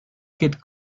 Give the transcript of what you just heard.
kid